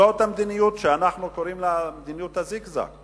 זאת המדיניות שאנחנו קוראים לה מדיניות הזיגזג.